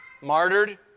martyred